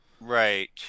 right